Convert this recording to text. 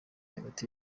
hagati